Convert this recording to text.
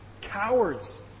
Cowards